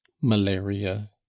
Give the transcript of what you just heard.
malaria